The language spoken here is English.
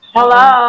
Hello